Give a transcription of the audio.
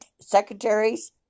secretaries